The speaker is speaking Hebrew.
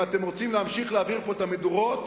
אם אתם רוצים להמשיך להבעיר פה את המדורות,